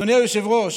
אדוני היושב-ראש,